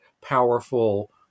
powerful